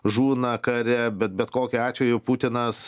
žūna kare bet bet kokiu atveju putinas